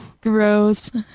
Gross